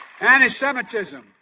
anti-Semitism